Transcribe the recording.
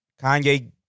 Kanye